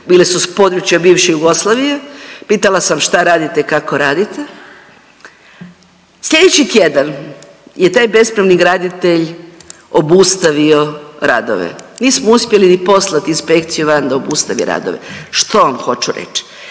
bila su s područja bivše Jugoslavije, pitala sam šta radite, kako radite. Slijedeći tjedan je taj bespravni graditelj obustavio radove. Nismo uspjeli ni poslati inspekciju van da obustavi radove. Što vam hoću reći?